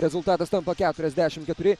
rezultatas tampa keturiasdešimt keturi